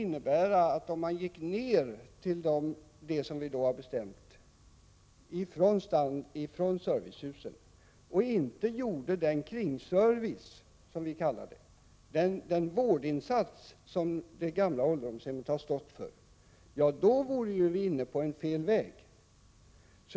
Om vi skulle gå ned i standard vad gäller servicehusen just avseende kringservicen — den vårdinsats som de gamla ålderdomshemmen har stått för — skulle det innebära att vi vore inne på fel väg.